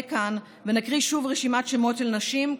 כאן ונקריא שוב רשימת שמות של נשים,